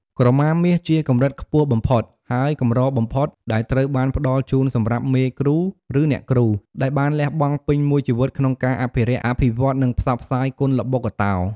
ក្រមាមាសជាកម្រិតខ្ពស់បំផុត និងកម្របំផុត ដែលត្រូវបានផ្ដល់ជូនសម្រាប់ មេគ្រូ ឬ អ្នកគ្រូ ដែលបានលះបង់ពេញមួយជីវិតក្នុងការអភិរក្ស អភិវឌ្ឍន៍ និងផ្សព្វផ្សាយគុនល្បុក្កតោ។